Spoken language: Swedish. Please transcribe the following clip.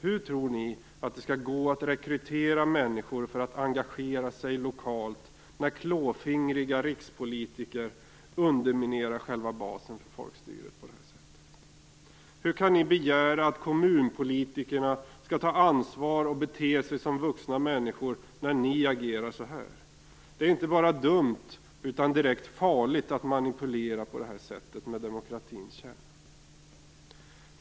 Hur tror ni att det skall gå att rekrytera människor till att engagera sig lokalt när klåfingriga rikspolitiker underminerar själva basen för folkstyret på det här sättet? Hur kan ni begära att kommunpolitikerna skall ta ansvar och bete sig som vuxna människor när ni agerar så här? Det är inte bara dumt utan också direkt farligt att på det här sättet manipulera med demokratins kärna.